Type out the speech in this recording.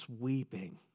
weeping